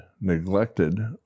neglected